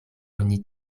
oni